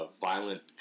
violent